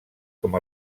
com